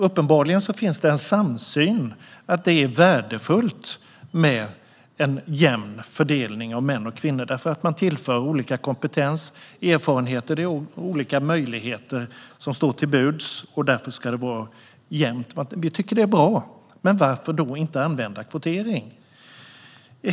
Uppenbarligen finns det en samsyn om att det är värdefullt med en jämn fördelning av män och kvinnor. Man tillför olika kompetens och erfarenheter, och det är olika möjligheter som står till buds; därför ska det vara jämnt. Vi tycker att det är bra. Men varför då inte använda kvotering?